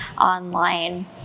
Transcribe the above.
online